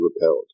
repelled